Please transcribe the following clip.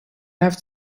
left